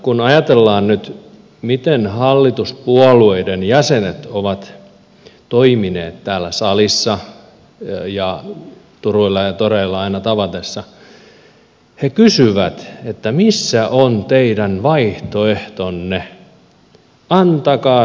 kun ajatellaan nyt miten hallituspuolueiden jäsenet ovat toimineet täällä salissa ja turuilla ja toreilla aina tavatessa he kysyvät missä on teidän vaihtoehtonne antakaa selvityksiä ja vaihtoehtoja